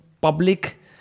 public